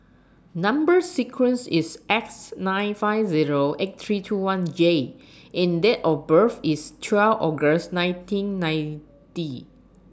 Number sequence IS S nine five Zero eight three two one J and Date of birth IS twelve August nineteen ninety